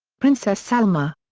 princess salma.